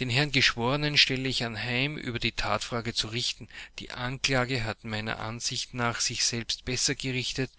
den herren geschworenen stelle ich anheim über die tatfrage zu richten die anklage hat meiner ansicht nach sich selbst besser gerichtet